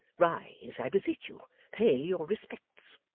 rise, i beseech you pay your respects!